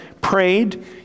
prayed